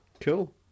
Cool